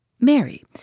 Mary